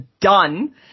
done